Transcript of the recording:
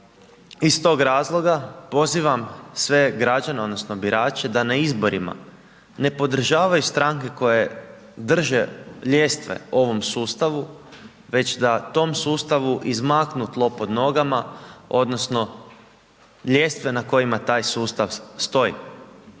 Iz tog razloga, pozivam sve građane odnosno birače da na izborima ne podržavaju stranke koje drže ljestve ovom sustavu već da tom sustavu izmaknu tlo pod nogama odnosno ljestve na kojima taj sustav stoji.